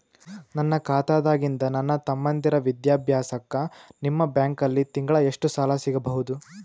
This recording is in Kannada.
ನನ್ನ ಖಾತಾದಾಗಿಂದ ನನ್ನ ತಮ್ಮಂದಿರ ವಿದ್ಯಾಭ್ಯಾಸಕ್ಕ ನಿಮ್ಮ ಬ್ಯಾಂಕಲ್ಲಿ ತಿಂಗಳ ಎಷ್ಟು ಸಾಲ ಸಿಗಬಹುದು?